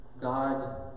God